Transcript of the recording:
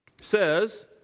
says